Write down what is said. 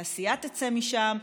התעשייה תצא משם,